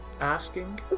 asking